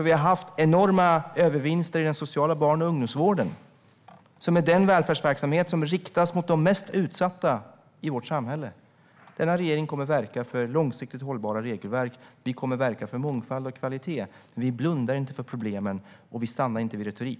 Vi har haft enorma övervinster i barn och ungdomsvården, som är den välfärdsverksamhet som riktar sig till de mest utsatta i vårt samhälle. Regeringen kommer att verka för långsiktigt hållbara regelverk. Vi kommer att verka för mångfald och kvalitet. Vi blundar inte för problemen, och vi stannar inte vid retorik.